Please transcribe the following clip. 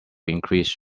increase